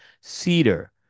cedar